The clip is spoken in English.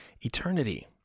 eternity